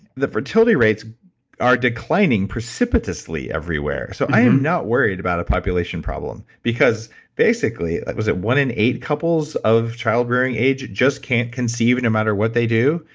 the fertility rates are declining precipitously everywhere. so i am not worried about a population problem because basically that was at one in eight couples of childbearing age just can't conceive no matter what they do,